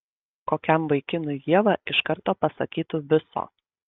kokiam vaikinui ieva iš karto pasakytų viso